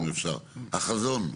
אם אפשר, החזון.